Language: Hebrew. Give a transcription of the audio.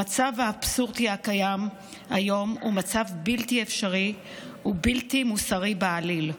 המצב האבסורדי הקיים היום הוא מצב בלתי אפשרי ובלתי מוסרי בעליל.